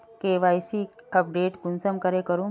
KYC update कुंसम करे करूम?